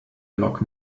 lock